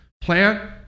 Plant